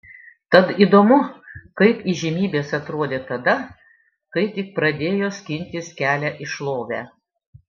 tad įdomu kaip įžymybės atrodė tada kai tik pradėjo skintis kelią į šlovę